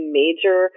major